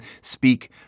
speak